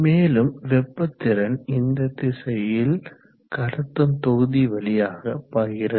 மேலும் வெப்ப திறன் இந்த திசையில் கடத்தும் தொகுதி வழியாக பாய்கிறது